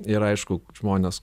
ir aišku žmonės